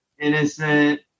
innocent